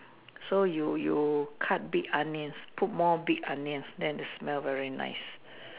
so you you cut big onions put more big onions then the smell very nice